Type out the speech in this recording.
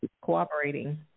cooperating